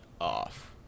off